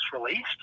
released